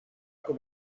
com